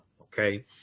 Okay